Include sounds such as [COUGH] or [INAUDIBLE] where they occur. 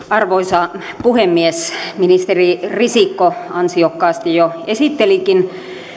[UNINTELLIGIBLE] arvoisa puhemies ministeri risikko ansiokkaasti jo esittelikin